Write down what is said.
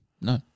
No